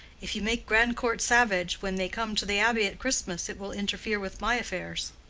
if you make grandcourt savage when they come to the abbey at christmas, it will interfere with my affairs.